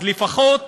אז לפחות